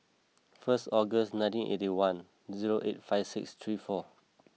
first August nineteen eighty one zero eight five six three four